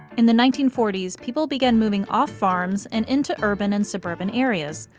in the nineteen forty s, people began moving off farms and into urban and suburban areas,